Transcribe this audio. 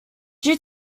due